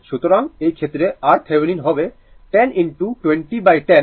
সুতরাং এই ক্ষেত্রে RThevenin হবে 10 2010 20